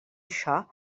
això